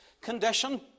condition